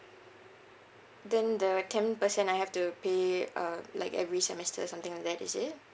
then the ten percent I have to pay uh like every semester or something like that is it